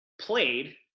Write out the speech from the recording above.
played